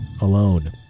alone